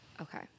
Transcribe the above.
Okay